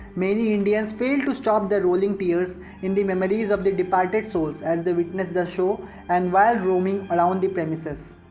many indians fail to stop the rolling tears in the memories of the departed souls as they witness the show and while roaming around the premises.